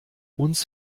uns